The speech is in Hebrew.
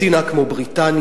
מדינה כמו בריטניה,